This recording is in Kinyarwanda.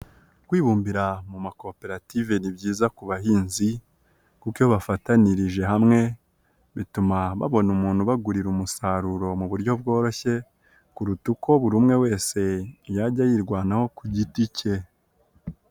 Kwibumbira mu makoperative ni byiza ku bahinzi kuko iyo bafatanyirije hamwe bituma babona umuntu bagurira umusaruro mu buryo bworoshye, kuruta uko buri umwe wese yajya yirwanaho ku giti cye.